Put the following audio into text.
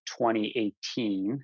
2018